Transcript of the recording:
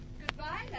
Goodbye